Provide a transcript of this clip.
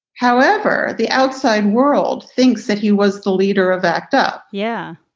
however, the outside world thinks that he was the leader of act up. yeah,